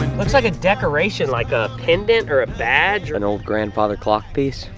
looks like a decoration, like a pendant or a badge. an old grandfather clock piece.